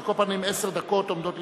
על כל פנים, עשר דקות עומדות לרשותך,